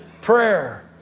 prayer